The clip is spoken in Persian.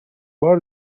بار